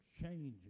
changing